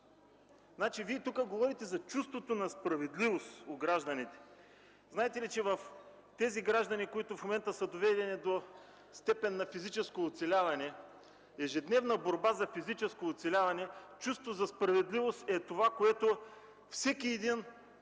Вие тук говорите за чувството на справедливост у гражданите. Знаете ли, че тези граждани, които в момента са доведени до степен на физическо оцеляване, ежедневна борба за физическо оцеляване, чувството за справедливост е това, което всеки един